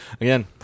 again